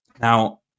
Now